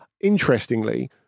Interestingly